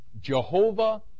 Jehovah